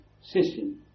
system